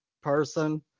person